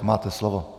Máte slovo.